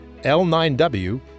L9W